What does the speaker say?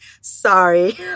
sorry